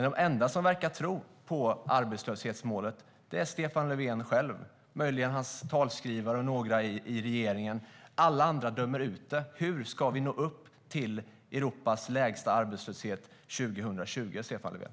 De enda som verkar tro på arbetslöshetsmålet är Stefan Löfven själv och möjligen hans talskrivare och några i regeringen. Alla andra dömer ut det. Hur ska vi nå upp till målet om Europas lägsta arbetslöshet 2020, Stefan Löfven?